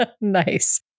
Nice